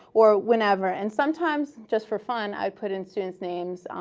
or whenever. and sometimes, just for fun, i've put in student's names.